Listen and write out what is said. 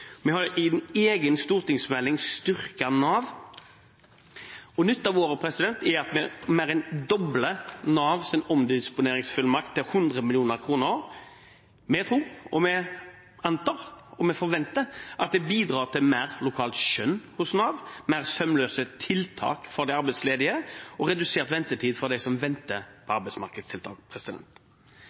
Vi har i en egen stortingsmelding styrket Nav, og nytt av året er at vi mer enn dobler Navs omdisponeringsfullmakt, til 100 mill. kr. Vi tror, vi antar, og vi forventer at det bidrar til mer lokalt skjønn hos Nav, mer sømløse tiltak for de arbeidsledige og redusert ventetid for dem som venter på arbeidsmarkedstiltak